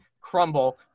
crumble